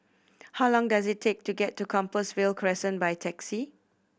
how long does it take to get to Compassvale Crescent by taxi